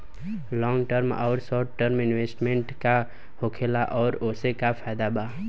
Long term आउर short term investment का होखेला और ओसे का फायदा बा?